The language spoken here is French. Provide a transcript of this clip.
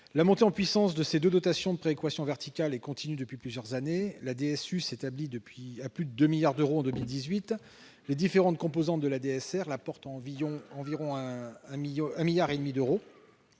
La montée en puissance de ces deux dotations de péréquation verticale est continue depuis plusieurs années. La DSU s'établit à plus de 2 milliards d'euros en 2018. Les différentes composantes de la DSR la portent à 1,5 milliard d'euros